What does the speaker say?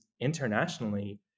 internationally